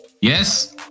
Yes